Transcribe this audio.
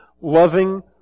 loving